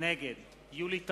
נגד יולי תמיר,